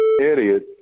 idiot